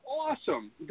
awesome